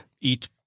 eat